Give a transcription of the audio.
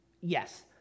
yes